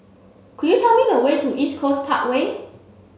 could you tell me the way to East Coast Parkway